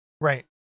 Right